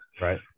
Right